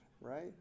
right